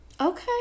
Okay